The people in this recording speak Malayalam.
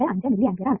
25 മില്ലി ആംപിയർ ആണ്